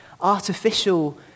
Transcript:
artificial